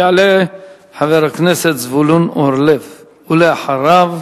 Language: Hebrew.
יעלה חבר הכנסת זבולון אורלב, ולאחריו,